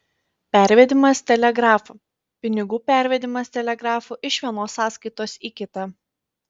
pervedimas telegrafu pinigų pervedimas telegrafu iš vienos sąskaitos į kitą